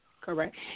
Correct